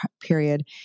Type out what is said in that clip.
period